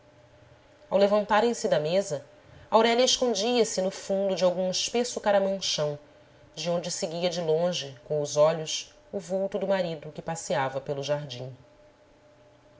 jantar ao levantarem se da mesa aurélia escondia se no fundo de algum espesso caramanchão de onde seguia de longe com os olhos o vulto do marido que passeava pelo jardim